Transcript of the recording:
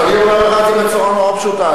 אז אני אומר לך את זה בצורה נורא פשוטה,